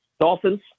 Dolphins